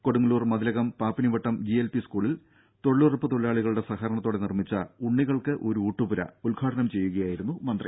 Kodungallur Mathilakam Pappinivattam G L P സ്കൂളിൽ തൊഴിലുറപ്പ് തൊഴിലാളികളുടെ സഹകരണത്തോടെ നിർമ്മിച്ച ഉണ്ണികൾക്ക് ഒരു ഊട്ടുപുര ഉദ്ഘാടനം ചെയ്യുകയായിരുന്നു മന്ത്രി